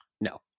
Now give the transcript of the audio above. No